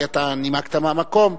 כי נימקת מהמקום,